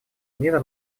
мира